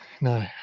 no